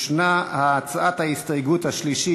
יש הצעת ההסתייגות השלישית,